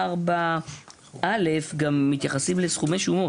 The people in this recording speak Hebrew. ב-י"ג(4)א, מתייחסים לסכומי שומות.